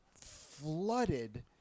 flooded